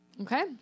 Okay